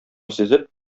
сизеп